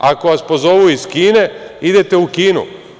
Ako vas pozovu iz Kine, idete u Kinu.